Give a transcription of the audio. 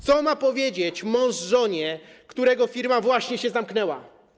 Co ma powiedzieć żonie mąż, którego firma właśnie się zamknęła?